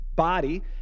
Body